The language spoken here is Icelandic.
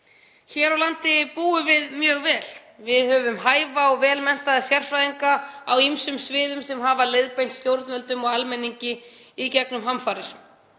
Hér á landi búum við mjög vel. Við höfum hæfa og vel menntaða sérfræðinga á ýmsum sviðum sem hafa leiðbeint stjórnvöldum og almenningi í gegnum hamfarir.